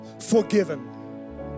forgiven